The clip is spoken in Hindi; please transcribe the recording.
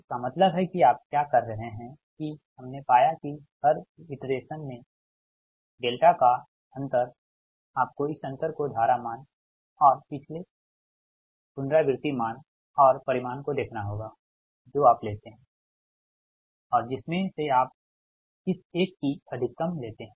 इसका मतलब है कि आप क्या कर रहे हैं कि हमने पाया कि हर इटरेशन में डेल्टा का अंतर आपको इस अंतर को धारा मान और पिछले पुनरावृत्ति मान और परिमाण को देखना होगा जो आप लेते हैं और जिसमें से आप इस एक की अधिकतम लेते हैं